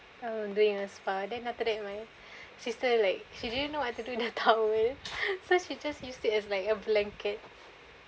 of doing a spa then after that my sister like she didn't know what to do with the towel so she used as like a blanket